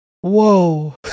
Whoa